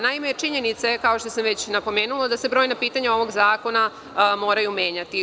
Naime, činjenica je, kao što sam već napomenula, da se brojna pitanja ovog zakona moraju menjati.